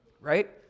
right